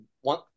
one